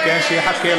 כן כן, שיחכה.